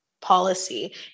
policy